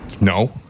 No